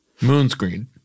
Moonscreen